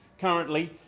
currently